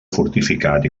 fortificat